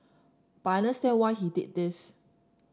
but I understand why he did this